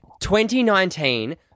2019